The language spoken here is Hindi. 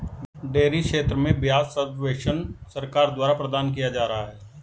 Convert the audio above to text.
डेयरी क्षेत्र में ब्याज सब्वेंशन सरकार द्वारा प्रदान किया जा रहा है